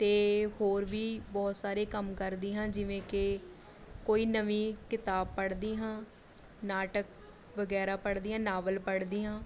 ਅਤੇ ਹੋਰ ਵੀ ਬਹੁਤ ਸਾਰੇ ਕੰਮ ਕਰਦੀ ਹਾਂ ਜਿਵੇਂ ਕਿ ਕੋਈ ਨਵੀਂ ਕਿਤਾਬ ਪੜ੍ਹਦੀ ਹਾਂ ਨਾਟਕ ਵਗੈਰਾ ਪੜ੍ਹਦੀ ਹਾਂ ਨਾਵਲ ਪੜ੍ਹਦੀ ਹਾਂ